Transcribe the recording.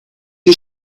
you